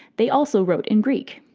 they also wrote in greek.